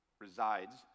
resides